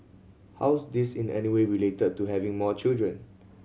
how's this in any way related to having more children